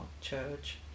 Church